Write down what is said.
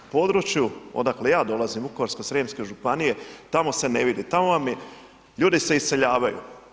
U području odakle ja dolazim Vukovarsko-srijemske županije tamo se ne vidi, tamo vam je, ljudi se iseljavaju.